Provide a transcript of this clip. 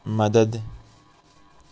مدد